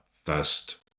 first